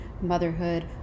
motherhood